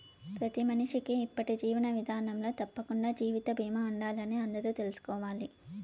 ప్రతి మనిషికీ ఇప్పటి జీవన విదానంలో తప్పకండా జీవిత బీమా ఉండాలని అందరూ తెల్సుకోవాలి